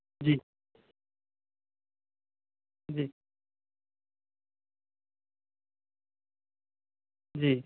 جی جی جی